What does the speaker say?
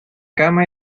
cama